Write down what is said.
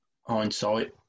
hindsight